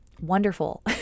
wonderful